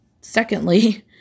secondly